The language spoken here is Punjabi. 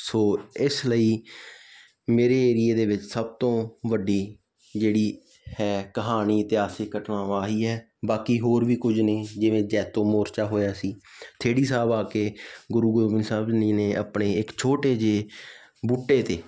ਸੋ ਇਸ ਲਈ ਮੇਰੇ ਏਰੀਏ ਦੇ ਵਿੱਚ ਸਭ ਤੋਂ ਵੱਡੀ ਜਿਹੜੀ ਹੈ ਕਹਾਣੀ ਇਤਿਹਾਸਿਕ ਘਟਨਾਵਾਂ ਆਹੀ ਹੈ ਬਾਕੀ ਹੋਰ ਵੀ ਕੁਝ ਨੇ ਜਿਵੇਂ ਜੈਤੋ ਮੋਰਚਾ ਹੋਇਆ ਸੀ ਥਿੜੀ ਸਾਹਿਬ ਆ ਕੇ ਗੁਰੂ ਗੋਬਿੰਦ ਸਾਹਿਬ ਜੀ ਨੇ ਆਪਣੇ ਇੱਕ ਛੋਟੇ ਜਿਹੇ ਬੂਟੇ 'ਤੇ